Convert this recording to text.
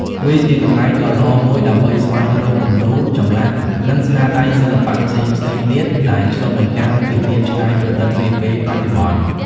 វាជាកន្លែងដ៏ល្អមួយដើម្បីស្វែងរកគំនូរ ចម្លាក់ និងស្នាដៃសិល្បៈផ្សេងៗទៀតដែលឆ្លុះបញ្ចាំងពីភាពច្នៃប្រឌិតនាពេលបច្ចុប្បន្ន។